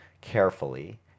carefully